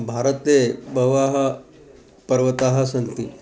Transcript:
भारते बहवः पर्वताः सन्ति